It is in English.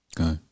Okay